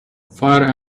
fire